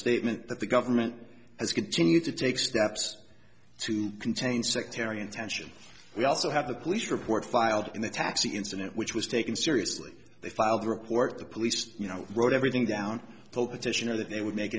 statement that the government has continued to take steps to contain sectarian tension we also have a police report filed in the taxi incident which was taken seriously they filed a report the police you know wrote everything down petitioner that they would make